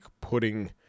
putting